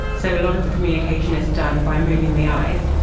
so a lot of the communication is done by moving the eyes,